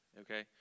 Okay